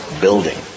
building